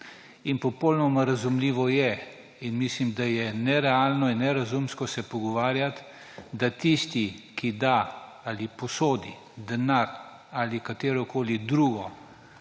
Popolnoma razumljivo je in mislim, da je nerealno in nerazumsko se pogovarjati, da tisti, ki da ali posodi denar ali katerokoli drugo